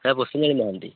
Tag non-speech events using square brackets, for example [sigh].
sir [unintelligible] Mohanty